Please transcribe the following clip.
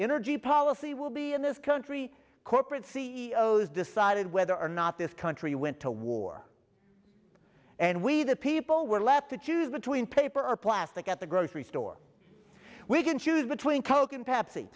energy policy will be in this country corporate c e o s decided whether or not this country went to war and we the people were left to choose between paper or plastic at the grocery store we can choose between coke and pepsi